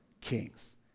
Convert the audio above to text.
kings